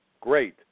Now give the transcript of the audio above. Great